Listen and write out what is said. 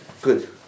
Good